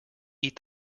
eat